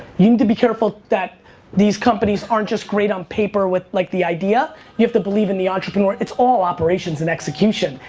you need to be careful that these companies aren't just great on paper with like the idea you have to believe in the entreprenaur. it's all operations and execution.